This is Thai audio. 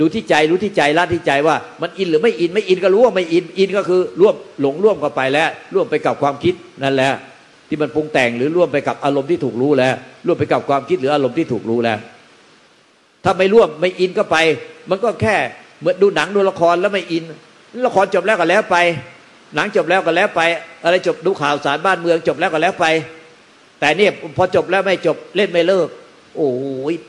ดูที่ใจ รู้ที่ใจ ละที่ใจ ว่ามันอินหรือไม่อิน ไม่อินก็รู้ว่าไม่อิน อินก็คือร่วม หลง ร่วมเข้าไปแล้ว ร่วมไปกับความคิดนั่นแหละที่มันปรุงแต่ง หรือร่วมไปกับอารมณ์ที่ถูกรู้แล้ว ร่วมไปกับความคิดหรืออารมณ์ที่ถูกรู้แล้ว ถ้าไม่ร่วม ไม่อินก็ไป มันก็แค่เหมือนดูหนัง ดูละคร แล้วไม่อิน ละครจบแล้วก็แล้วไป หนังจบแล้วก็แล้วไป อะไรจบ ดูข่าวสารบ้านเมืองจบแล้วก็แล้วไป แต่เนี่ยพอจบแล้วไม่จบ เล่นไม่เลิก โอ้โห